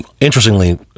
interestingly